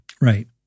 right